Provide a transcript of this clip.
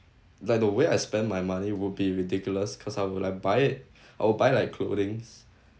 like the way I spend my money would be ridiculous because I would like buy it I would buy like clothings